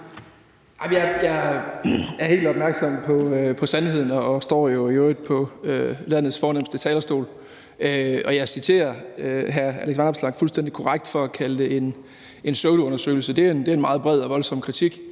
Jeg er helt opmærksom på sandheden, og jeg står jo i øvrigt også på landets fornemste talerstol, og jeg citerer hr. Alex Vanopslagh fuldstændig korrekt for at kalde det en pseudoundersøgelse, og det er jo en meget bred og voldsom kritik.